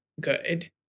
good